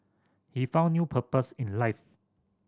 he found new purpose in life